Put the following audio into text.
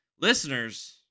Listeners